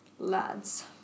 lads